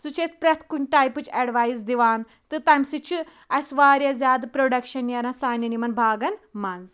سُہ چھُ اَسہِ پرٮ۪تھ کُنہِ ٹایپٕچ ایٚڈوایس دِوان تہٕ تمہِ سۭتۍ چھِ اَسہِ واریاہ زیادٕ پروڈَکشَن نیران سانٮ۪ن یِمَن باغَن مَنٛز